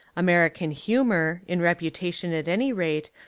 american humour, in reputation at any rate,